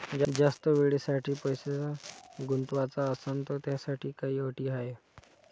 जास्त वेळेसाठी पैसा गुंतवाचा असनं त त्याच्यासाठी काही अटी हाय?